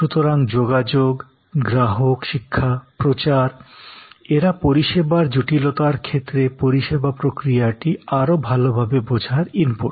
সুতরাং যোগাযোগ গ্রাহক শিক্ষা প্রচার এরা পরিষেবার জটিলতার ক্ষেত্রে পরিষেবা প্রক্রিয়াটি আরও ভালভাবে বোঝার ইনপুট